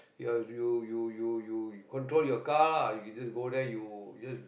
you're you you you you control your car lah you just there you just